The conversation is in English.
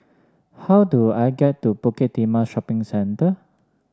how do I get to Bukit Timah Shopping Centre